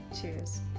Cheers